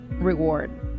reward